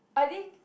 I think